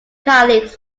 colleagues